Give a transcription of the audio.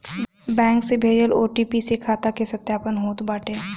bank से भेजल OTP से खाता के सत्यापन होत बाटे